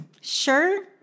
sure